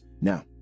now